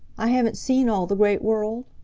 i haven't seen all the great world?